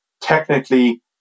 Technically